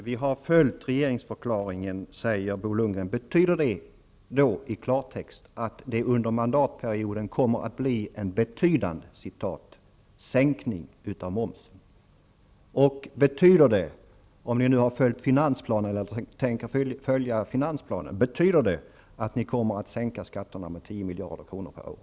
Fru talman! Bo Lundgren säger att man har följt regeringsförklaringen. Betyder det i klartext att det under mandatperioden kommer att ske en betydande sänkning av momsen? Betyder det, om ni tänker följa finansplanen, att ni kommer att sänka skatterna med 10 miljarder kronor per år?